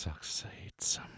Succeeds